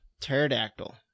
Pterodactyl